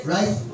Right